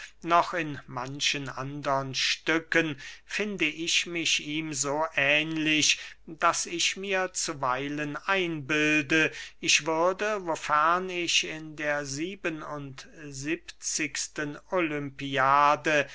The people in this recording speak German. noch in manchen andern stücken finde ich mich ihm so ähnlich daß ich mir zuweilen einbilde ich würde wofern ich in der sieben und siebzigsten olympiade